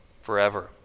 forever